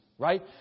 right